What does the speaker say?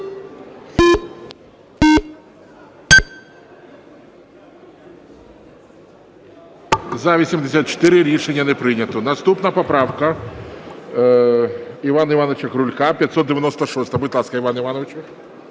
Рішення не прийнято. Наступна поправка Івана Івановича Крулька 596-а. Будь ласка, Іване Івановичу.